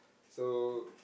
so